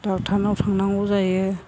डक्ट'रनाव थांनांगौ जायो